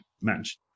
match